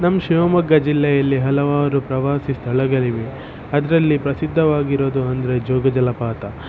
ನಮ್ಮ ಶಿವಮೊಗ್ಗ ಜಿಲ್ಲೆಯಲ್ಲಿ ಹಲವಾರು ಪ್ರವಾಸಿ ಸ್ಥಳಗಳಿವೆ ಅದರಲ್ಲಿ ಪ್ರಸಿದ್ಧವಾಗಿರೋದು ಅಂದರೆ ಜೋಗ ಜಲಪಾತ